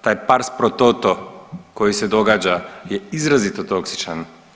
taj pars pro toto koji se događa je izrazito toksičan.